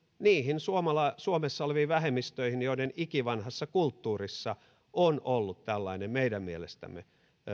niihin suomessa oleviin vähemmistöihin joiden ikivanhassa kulttuurissa on ollut tällainen meidän mielestämme